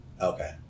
Okay